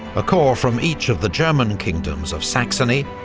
a corps from each of the german kingdoms of saxony,